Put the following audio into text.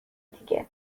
دیگه